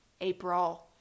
April